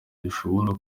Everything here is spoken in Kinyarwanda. dushobora